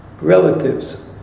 relatives